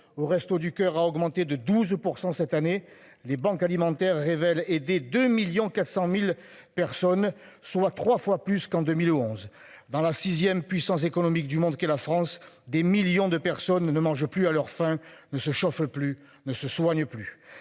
aux Restos du coeur a augmenté de 12% cette année, les banques alimentaires révèle et des 2.400.000 personnes, soit 3 fois plus qu'en 2011 dans la 6ème puissance économique du monde qu'est la France des millions de personnes ne mangent plus à leur faim ne se chauffe le plus ne se soigner plus.